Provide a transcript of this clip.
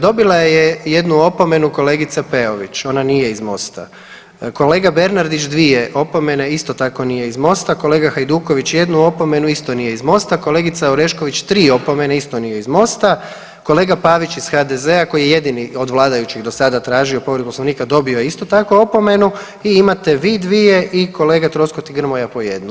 Dobila je jednu opomenu kolegice Peović, ona nije iz Mosta, kolega Bernardić 2 opomene, isto tako nije iz Mosta, kolega Hajduković 1 opomenu, isto nije iz Mosta, kolega Orešković 3 opomene, isto nije iz Mosta, kolega Pavić iz HDZ-a koji je jedini od vladajućih do sada tražio povredu Poslovnika, dobio je isto tako opomenu i imate vi 2 i kolega Troskot i Grmoja po jednu.